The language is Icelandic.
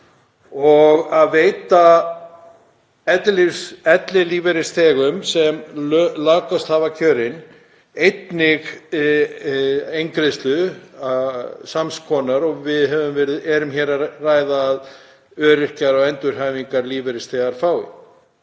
og veita ellilífeyrisþegum sem lökust hafa kjörin einnig eingreiðslu, sams konar og við erum að ræða að öryrkjar og endurhæfingarlífeyrisþegar fái.